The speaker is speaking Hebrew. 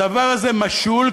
הדבר הזה משול,